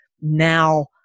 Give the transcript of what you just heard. now